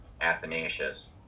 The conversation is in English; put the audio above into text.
Athanasius